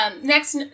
next